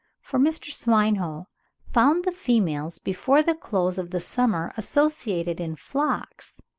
for mr. swinhoe found the females before the close of the summer associated in flocks,